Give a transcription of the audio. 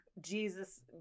Jesus